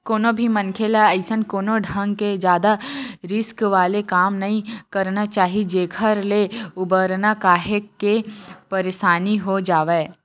कोनो भी मनखे ल अइसन कोनो ढंग के जादा रिस्क वाले काम नइ करना चाही जेखर ले उबरना काहेक के परसानी हो जावय